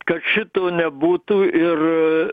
kad šito nebūtų ir